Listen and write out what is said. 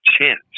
chance